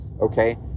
Okay